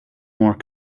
more